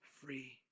free